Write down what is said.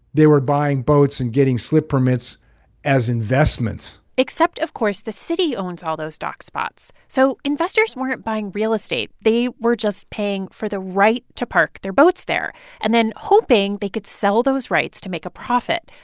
they were buying boats and getting slip permits as investments except, of course, the city owns all those dock spots so investors weren't buying real estate they were just paying for the right to park their boats there and then hoping they could sell those rights to make a profit.